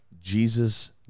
Jesus